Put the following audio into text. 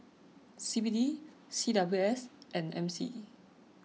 C B D C W S and M C